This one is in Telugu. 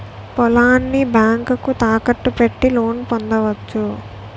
పొలాన్ని బ్యాంకుకు తాకట్టు పెట్టి లోను పొందవచ్చు